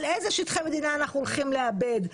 איזה שטחי מדינה אנחנו הולכים לאבד,